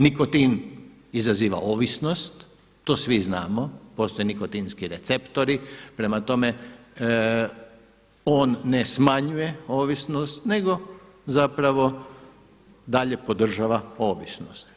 Nikotin izaziva ovisnost, to svi znamo, postoji nikotinski receptori, prema tome on ne smanjuje ovisnost nego dalje podržava ovisnost.